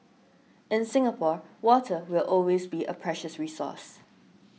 in Singapore water will always be a precious resource